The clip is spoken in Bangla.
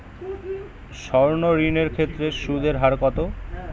সর্ণ ঋণ এর ক্ষেত্রে সুদ এর হার কত?